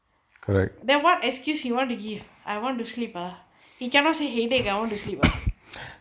then what excuse you want to give I want to sleep ah he cannot say headache ah want to sleep ah